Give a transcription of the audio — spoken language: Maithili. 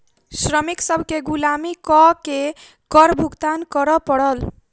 श्रमिक सभ केँ गुलामी कअ के कर भुगतान करअ पड़ल